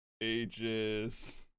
ages